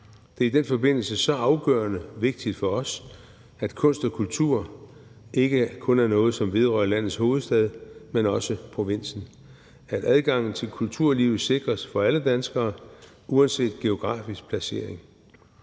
Det er i den forbindelse så afgørende vigtigt for os, at kunst og kultur ikke kun er noget, som vedrører landets hovedstad, men også provinsen, og at adgangen til kulturlivet sikres for alle danskere uanset geografisk placering.